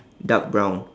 dark brown